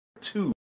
two